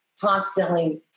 constantly